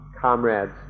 comrades